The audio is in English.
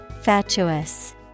Fatuous